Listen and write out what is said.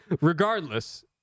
Regardless